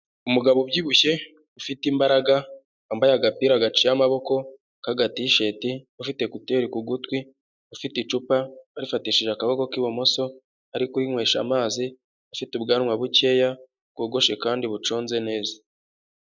Umugabo ubyibushye ufite imbaraga, wambaye agapira gaciye amaboko kaga tisheti ufite ekuteri mugutwi, ufite icupa arifatishije akaboko k' ibumoso, ari kwinywesha amazi, afite ubwanwa bukeya bwogoshe kandi buconze neza.